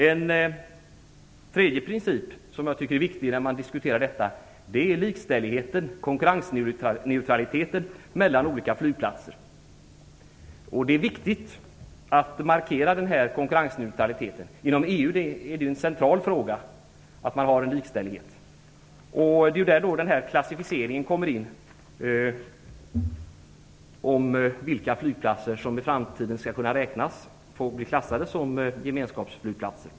En tredje princip som jag tycker är viktig när man diskuterar detta är likställigheten, konkurrensneutraliteten mellan olika flygplatser. Det är viktigt att markera konkurrensneutraliteten. Inom EU är det en central fråga att man har en likställighet. Det är där klassificeringen kommer in, vilka flygplatser som i framtiden skall kunna räkna med att få bli klassade som gemenskapsflygplatser.